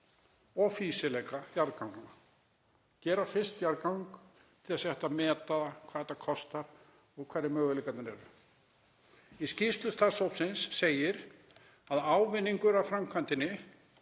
og fýsileika jarðganga, gera fyrst jarðlagarannsókn til að meta hvað þetta kostar og hverjir möguleikarnir eru. Í skýrslu starfshópsins segir að ávinningur af framkvæmdinni